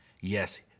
Yes